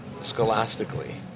scholastically